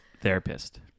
therapist